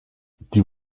die